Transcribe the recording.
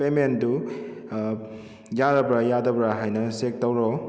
ꯄꯦꯃꯦꯟꯗꯨ ꯌꯥꯔꯕ꯭ꯔꯥ ꯌꯥꯗꯕ꯭ꯔꯥ ꯍꯥꯏꯅ ꯆꯦꯛ ꯇꯧꯔꯣ